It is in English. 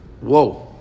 Whoa